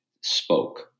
spoke